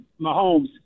Mahomes